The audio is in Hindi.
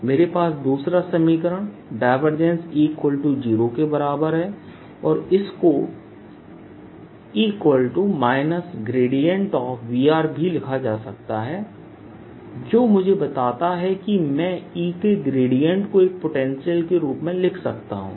मेरे पास दूसरा समीकरण ∇ E 0 के बराबर है और इसको E ∇ V भी लिखा जा सकता है जो मुझे बताता है कि मैं E के ग्रेडियंट को एक पोटेंशियल के रूप में लिख सकता हूं